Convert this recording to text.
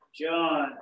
John